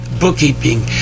bookkeeping